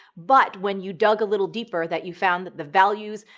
but when you dug a little deeper, that you found that the values,